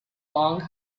long